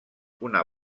una